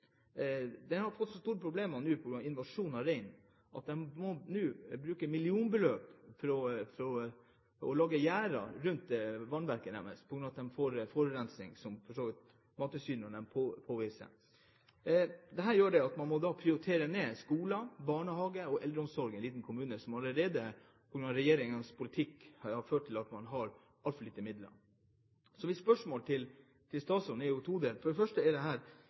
har nå fått så store problemer med invasjon av rein at de må bruke millionbeløp for å lage gjerder rundt vannverket sitt på grunn av forurensing, som for så vidt Mattilsynet har påvist. Dette gjør at man må prioritere ned skoler, barnehager og eldreomsorg i en liten kommune, der regjeringens politikk allerede har ført til at man har altfor lite midler. Mitt spørsmål til statsråden er todelt: Vil statsråden, som har ansvar for